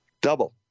Double